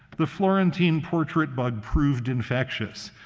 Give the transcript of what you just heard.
the florentine portrait bug proved infectious.